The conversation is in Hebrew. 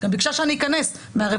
היא גם ביקשה שאני אכנס מהרווחה.